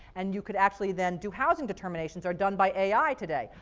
and you could actually then do housing determinations are done by ai today.